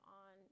on